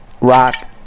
rock